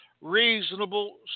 reasonable